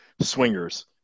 swingers